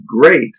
great